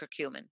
curcumin